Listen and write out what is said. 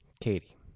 Katie